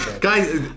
Guys